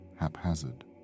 haphazard